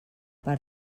per